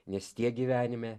nes tiek gyvenime